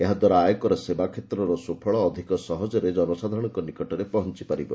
ଏହାଦ୍ୱାରା ଆୟକର ସେବା କ୍ଷେତ୍ରର ସୁଫଳ ଅଧିକ ସହଜରେ ଜନସାଧାରଣଙ୍କ ନିକଟରେ ପହଞ୍ଚପାରିବ